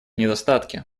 недостатки